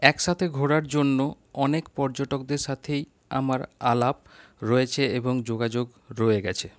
একসাথে ঘোরার জন্য অনেক পর্যটকদের সাথেই আমার আলাপ রয়েছে এবং যোগাযোগ রয়ে গেছে